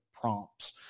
prompts